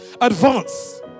advance